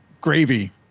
gravy